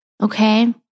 Okay